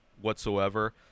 whatsoever